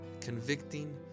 convicting